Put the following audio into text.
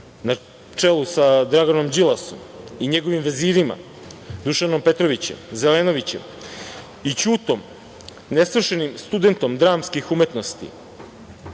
na čelu sa Draganom Đilasom i njegovim vezirima Dušanom Petrovićem, Zelenovićem i Ćutom, nesvršenim studentom dramskih umetnosti